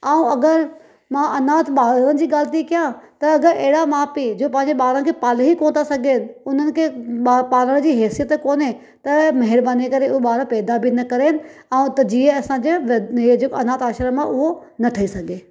ऐं अगरि मां अनाथ ॿारनि जी ॻाल्हि थी कयां त अगरि अहिड़ा माउ पीउ जो पंहिंजे ॿारनि खे पाले ही कोनि था सघनि उन्हनि खे पालण जी हेसियत कोन्हे त महिरबानी करे हूअ ॿार पैदा बि न करनि ऐं त जीअं असांजे वृद्ध इहो जेको अनाथ आश्रम आहे उहो न ठई सघे